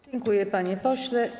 Dziękuję, panie pośle.